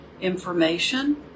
information